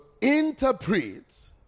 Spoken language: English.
interpret